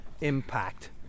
impact